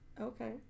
Okay